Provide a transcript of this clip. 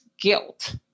guilt